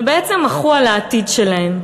ובעצם מחו על העתיד שלהם.